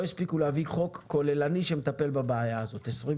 קשורה להיבטים תחרותיים יכול לבוא לרשות התחרות,